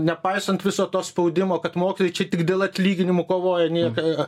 nepaisant viso to spaudimo kad mokytojai čia tik dėl atlyginimų kovoja nieka